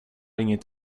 inget